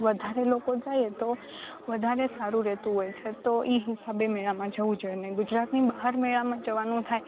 વધારે લોકો જાઈએ તો વધારે સારું રહેતું હોય છે તો એ હિસાબે મેળામાં જવું જોઈએને ગુજરાતની બહાર મેળામાં જવાનું થાય